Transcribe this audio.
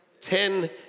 Ten